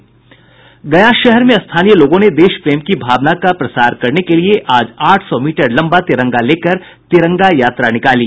गया शहर में स्थानीय लोगों ने देश प्रेम की भावना का प्रसार करने के लिए आज आठ सौ मीटर लंबा तिरंगा लेकर तिरंगा यात्रा निकाली